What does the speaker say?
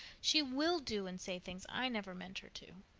she will do and say things i never meant her to.